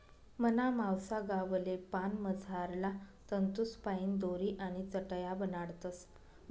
मना मावसा गावले पान मझारला तंतूसपाईन दोरी आणि चटाया बनाडतस